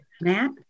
Matt